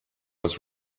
was